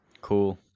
cool